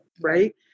right